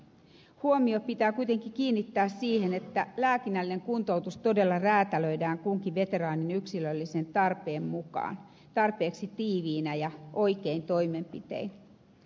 huomio pitää kuitenkin kiinnittää siihen että lääkinnällinen kuntoutus todella räätälöidään kunkin veteraanin yksilöllisen tarpeen mukaan tarpeeksi tiiviinä ja oikein toimenpitein